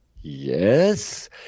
yes